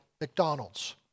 McDonald's